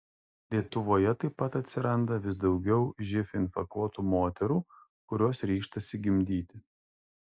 lietuvoje taip pat atsiranda vis daugiau živ infekuotų moterų kurios ryžtasi gimdyti